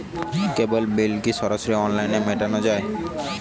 কেবল bill কি সরাসরি অনলাইনে মেটানো য়ায়?